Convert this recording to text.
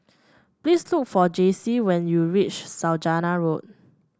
please look for Jaycie when you reach Saujana Road